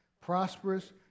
prosperous